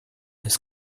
his